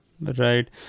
Right